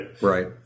right